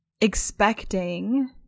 expecting